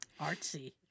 Artsy